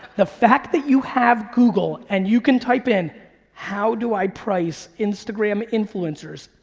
the fact that you have google, and you can type in how do i price instagram influencers,